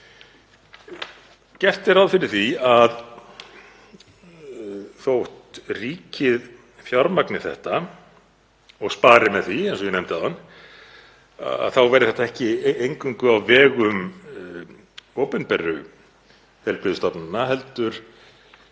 Gert er ráð fyrir því að þótt ríkið fjármagni þetta og spari með því, eins og ég nefndi áðan, þá verði þetta ekki eingöngu á vegum opinberu